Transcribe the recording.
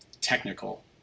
technical